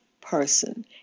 person